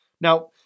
Now